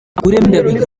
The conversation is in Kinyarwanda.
akuremo